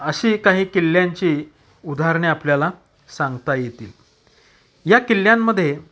अशी काही किल्ल्यांची उदाहरणे आपल्याला सांगता येतील या किल्ल्यांमध्ये